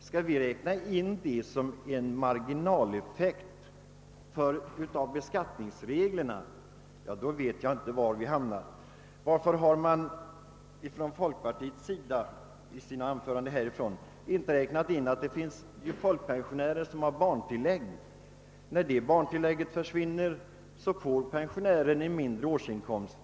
Skall vi betrakta detta som en marginaleffekt av beskattningsreglerna, vet jag inte var vi hamnar. Varför har de folkpartister som talat i denna fråga inte nämnt att de folk pensionärer, som har barntillägg, får en mindre årsinkomst när barntillägget försvinner?